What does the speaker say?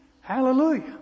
Hallelujah